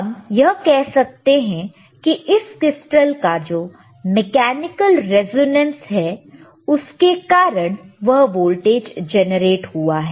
हम यह कह सकते हैं कि इस क्रिस्टल का जो मैकेनिकल रेजोनेंस है उसके कारण यह वोल्टेज जनरेट हुआ है